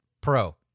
Pro